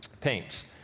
paints